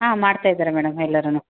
ಹಾಂ ಮಾಡ್ತ ಇದ್ದಾರೆ ಮೇಡಮ್ ಎಲ್ಲರೂನು